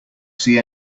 see